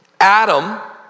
Adam